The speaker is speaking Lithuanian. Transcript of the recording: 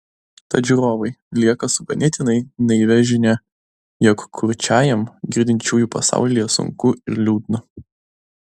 tad žiūrovai lieka su ganėtinai naivia žinia jog kurčiajam girdinčiųjų pasaulyje sunku ir liūdna